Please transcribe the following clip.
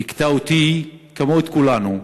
הכתה אותי, כמו את כולנו,